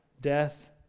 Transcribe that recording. death